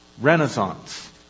renaissance